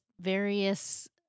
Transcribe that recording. various